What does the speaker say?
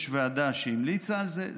יש ועדה שהמליצה על זה.